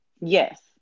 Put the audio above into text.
Yes